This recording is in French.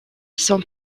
son